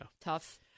Tough